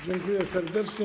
Dziękuję serdecznie.